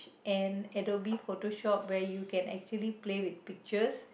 and Adobe Photoshop where you can actually play with pictures